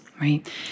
right